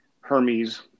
Hermes